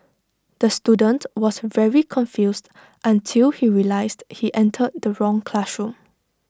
the student was very confused until he realised he entered the wrong classroom